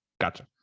gotcha